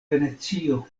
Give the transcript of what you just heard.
venecio